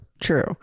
true